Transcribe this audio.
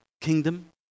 kingdom